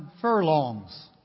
furlongs